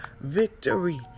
victory